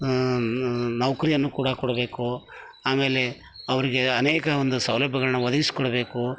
ನೌಕರಿಯನ್ನು ಕೂಡ ಕೊಡಬೇಕು ಆಮೇಲೆ ಅವರಿಗೆ ಅನೇಕ ಒಂದು ಸೌಲಭ್ಯಗಳನ್ನ ಒದಗಿಸ್ಕೊಡಬೇಕು